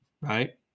right